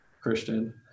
Christian